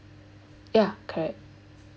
ya correct